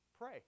Pray